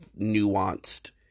nuanced